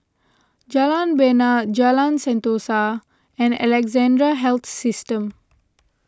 Jalan Bena Jalan Sentosa and Alexandra Health System